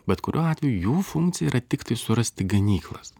bet kuriuo atveju jų funkcija yra tiktai surasti ganyklas